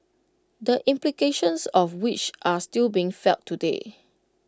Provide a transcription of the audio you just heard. the implications of which are still being felt today